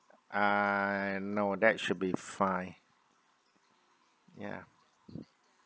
uh no that should be fine yeah